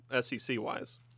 SEC-wise